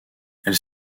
elles